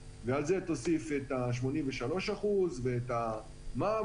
ועל זה תוסיף את ה-83% ואת המע"מ,